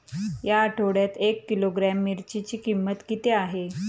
या आठवड्यात एक किलोग्रॅम मिरचीची किंमत किती आहे?